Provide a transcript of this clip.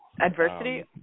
Adversity